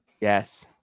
Yes